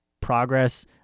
progress